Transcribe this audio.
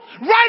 right